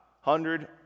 hundred